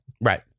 Right